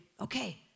okay